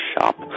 shop